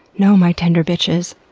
no my tender bitches,